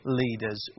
leaders